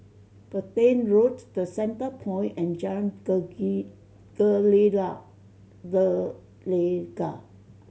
Petain Road The Centrepoint and Jalan Gelegar